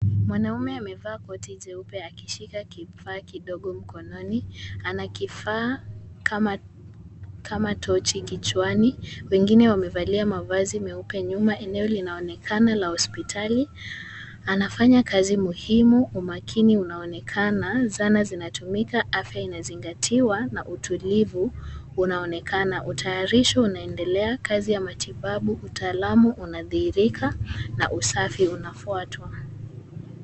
Mwanaume amevaa koti jeupe akishika kifaa kidogo mkononi. Ana kifaa kama tochi kichwani. Wengine wamevalia mavazi meupe. Nyuma eneo linaonekana la hospitali. Anafanya kazi muhimu. Umakini unaonekana. Zana zinatumika. Afya inazingatiwa na utulivu unaonekana. Utayarishi unaendelea. Kazi ya matibabu, utaalamu unadhihirika na usafi unafuatwa.